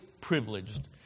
privileged